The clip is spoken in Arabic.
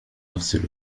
أغسل